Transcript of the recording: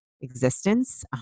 existence